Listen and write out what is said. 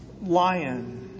lion